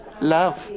love